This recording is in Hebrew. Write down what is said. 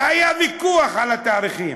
והיה ויכוח על התאריכים,